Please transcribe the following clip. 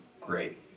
great